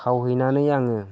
खावहैनानै आङो